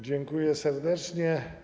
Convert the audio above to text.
Dziękuję serdecznie.